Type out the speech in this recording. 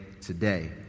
today